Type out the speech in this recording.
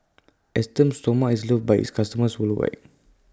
Esteem Stoma IS loved By its customers worldwide